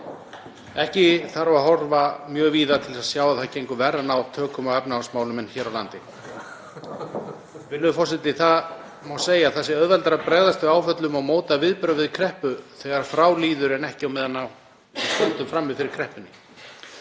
ekki þarf að horfa mjög víða til að sjá að það gengur verr að ná tökum á efnahagsmálum en hér á landi. Virðulegur forseti. Það má segja að það sé auðveldara að bregðast við áföllum og móta viðbrögð við kreppu þegar frá líður en ekki á meðan við stöndum frammi fyrir kreppunni.